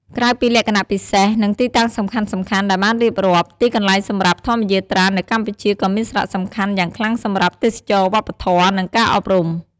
ក្រៅពីលក្ខណៈពិសេស និងទីតាំងសំខាន់ៗដែលបានរៀបរាប់ ទីកន្លែងសម្រាប់ធម្មយាត្រានៅកម្ពុជាក៏មានសារៈសំខាន់យ៉ាងខ្លាំងសម្រាប់ ទេសចរណ៍វប្បធម៌ និង ការអប់រំ។